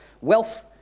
Wealth